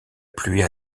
pluie